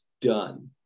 done